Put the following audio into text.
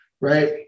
right